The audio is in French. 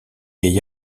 vieil